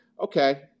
okay